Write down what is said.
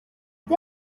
dom